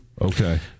Okay